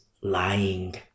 lying